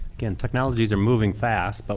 again, technologies are moving fast, but